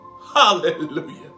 Hallelujah